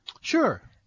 Sure